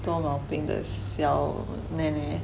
很多毛病的小 neh neh